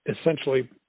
essentially